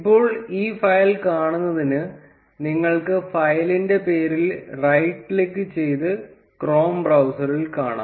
ഇപ്പോൾ ഈ ഫയൽ കാണുന്നതിന് നിങ്ങൾക്ക് ഫയലിന്റെ പേരിൽ റൈറ്റ് ക്ലിക്ക് ചെയ്ത് ക്രോം ബ്രൌസറിൽ കാണാം